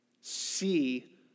see